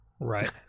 Right